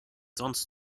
sonst